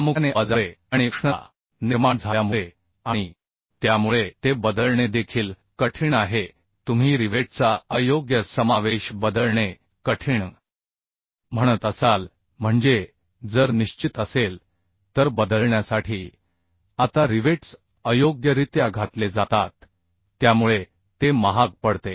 प्रामुख्याने आवाजामुळे आणि उष्णता निर्माण झाल्यामुळे आणि त्यामुळे ते बदलणे देखील कठीण आहे तुम्ही रिवेटचा अयोग्य समावेश बदलणे कठीण म्हणत असाल म्हणजे जर निश्चित असेल तर बदलण्यासाठी आता रिवेट्स अयोग्यरित्या घातले जातात त्यामुळे ते महाग पडते